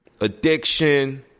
Addiction